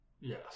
Yes